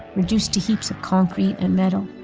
reduced to heaps of concrete and metal.